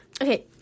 Okay